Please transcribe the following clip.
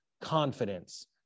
confidence